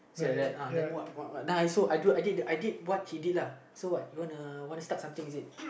say like that uh then what what what then I alsouhI do I did did did what he did uh so you what you wanna wanna start something is it